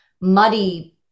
muddy